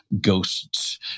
ghosts